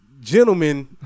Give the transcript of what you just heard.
gentlemen